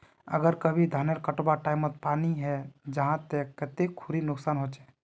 अगर कभी धानेर कटवार टैमोत पानी है जहा ते कते खुरी नुकसान होचए?